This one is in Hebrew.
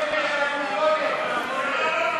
בדבר תוכנית חדשה לא נתקבלו.